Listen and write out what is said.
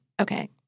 Okay